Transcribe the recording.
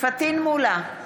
פטין מולא,